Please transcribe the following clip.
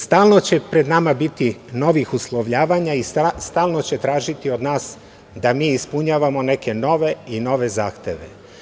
Stalno će pred nama biti novih uslovljavanja i stalno će tražiti od nas da mi ispunjavamo neke nove i nove zahteve.